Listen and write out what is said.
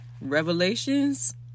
Revelations